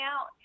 out